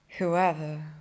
Whoever